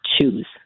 choose